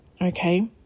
Okay